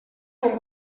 ton